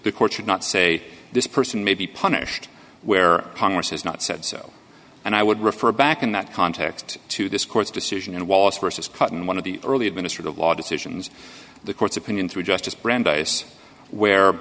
e court should not say this person may be punished where congress has not said so and i would refer back in that context to this court's decision and was versus cutting one of the early administrative law decisions the court's opinion through justice brandeis